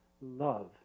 love